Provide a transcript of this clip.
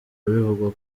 bivugwa